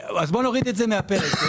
נוריד את זה מהפרק.